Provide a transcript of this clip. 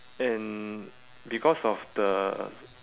and because of the